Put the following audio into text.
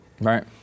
Right